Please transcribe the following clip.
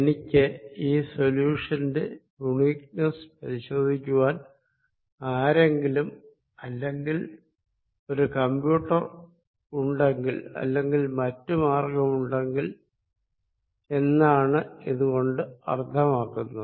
എനിക്ക് ഈ solution uniqueness പരിശോധിക്കുവാൻ ആരെങ്കിലും അല്ലെങ്കിൽ ഒരു കമ്പ്യൂട്ടർ ഉണ്ടെങ്കിൽ അല്ലെങ്കിൽ മറ്റു മാർഗ്ഗമുണ്ടെങ്കിൽ എന്നാണ് ഇത് കൊണ്ട് അർത്ഥമാക്കുന്നത്